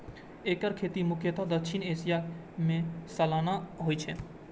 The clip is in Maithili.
एकर खेती मुख्यतः दक्षिण एशिया मे सालाना होइ छै